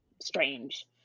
strange